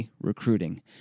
Recruiting